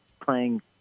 playing